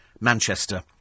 Manchester